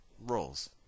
roles